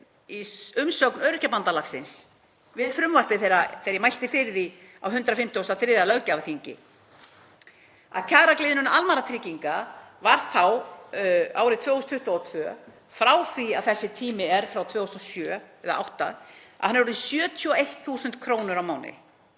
í umsögn Öryrkjabandalagsins við frumvarpið þegar ég mælti fyrir því á 153. löggjafarþingi að kjaragliðnun almannatrygginga var þá, árið 2022, frá því að þessi tími er, frá 2007 eða 2008, orðin 71.000 kr. á mánuði